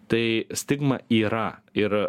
tai stigma yra ir